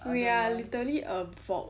we are literally a vault